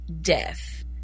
death